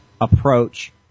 approach